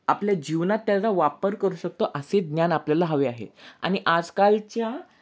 आपल्या जीवनात त्याचा वापर करू शकतो असे ज्ञान आपल्याला हवे आहे आणि आजकालच्या